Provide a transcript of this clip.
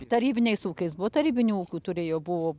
tarybiniais ūkiais buvo tarybinių ūkių turėjo buvo